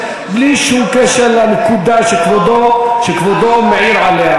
בלי שום קשר לנקודה שכבודו מעיר עליה,